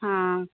हाँ